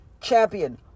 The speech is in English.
champion